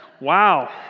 Wow